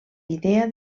idea